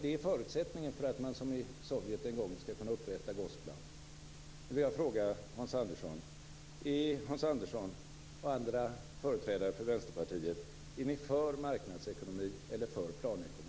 Det är förutsättningen för att man som i Sovjet en gång ska kunna upprätta Gosplan.